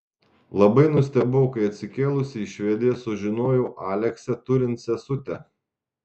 labai nustebau kai atsikėlusi į švediją sužinojau aleksę turint sesutę